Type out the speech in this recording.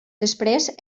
després